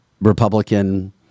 Republican